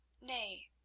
nay